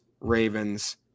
Ravens